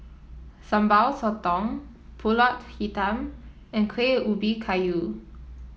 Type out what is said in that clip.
Sambal Sotong pulut Hitam and Kuih Ubi Kayu